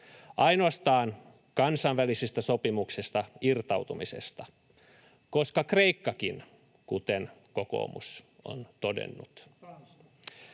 ainoastaan kansainvälisistä sopimuksista irtautumisesta, koska Kreikkakin, kuten kokoomus on todennut.